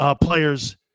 players